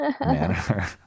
manner